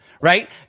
right